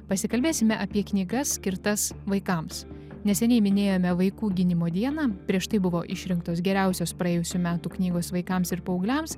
pasikalbėsime apie knygas skirtas vaikams neseniai minėjome vaikų gynimo dieną prieš tai buvo išrinktos geriausios praėjusių metų knygos vaikams ir paaugliams